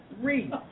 Three